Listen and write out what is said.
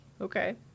okay